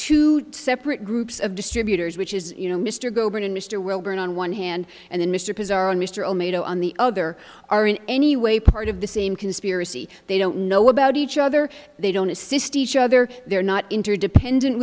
two separate groups of distributors which is you know mr goban and mr wilburn on one hand and then mr cars are on mr omega on the other are in any way part of the same conspiracy they don't know about each other they don't assist each other they're not interdependent